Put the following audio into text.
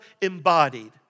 embodied